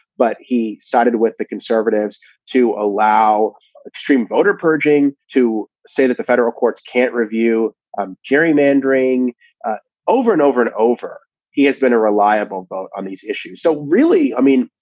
but he started with the conservatives to allow extreme voter purging to say that the federal courts can't review gerrymandering ah over and over and over he has been a reliable vote on these issues. so really, i mean,